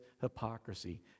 hypocrisy